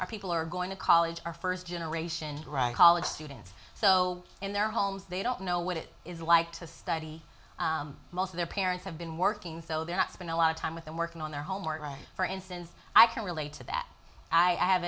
are people are going to college are first generation college students so in their homes they don't know what it is like to study most of their parents have been working so they're not spend a lot of time with them working on their homework right for instance i can relate to that i have